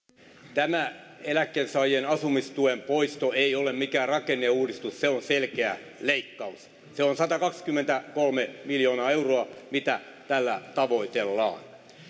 tämä eläkkeensaajien asumistuen poisto ei ole mikään rakenneuudistus se on selkeä leikkaus se on satakaksikymmentäkolme miljoonaa euroa mitä tällä tavoitellaan